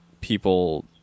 people